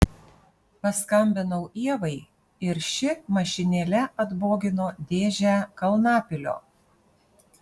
paskambinau ievai ir ši mašinėle atbogino dėžę kalnapilio